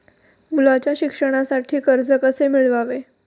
मुलाच्या शिक्षणासाठी कर्ज कसे मिळवावे?